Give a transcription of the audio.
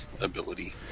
ability